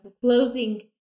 closing